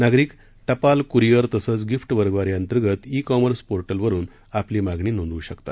नागरिक टपाल कुरिअर तसंच गिफ्ट वर्गवारीअंतर्गत ई कॉमर्स पोर्टलवरून आपली मागणी नोंदवू शकता